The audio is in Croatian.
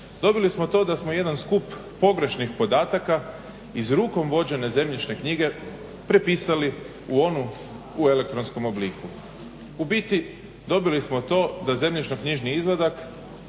dobili smo to da smo jedan skup pogrešnih podataka iz rukom vođene zemljišne knjige prepisali u onu u elektronskom obliku. U biti dobili smo to da zemljišno-knjižni izvadak